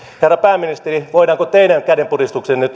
herra pääministeri voidaanko teidän kädenpuristukseenne